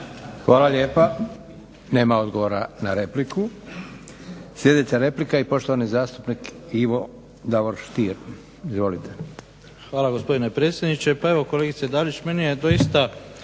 Hvala lijepa. Nema odgovora na repliku. Sljedeća replika i poštovani zastupnik Ivo Davor Stier. Izvolite. **Stier, Davor Ivo (HDZ)** Hvala gospodine predsjedniče. Pa evo kolegice Dalić, meni je doista